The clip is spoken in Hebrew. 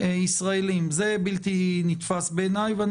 ולמה.